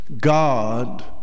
God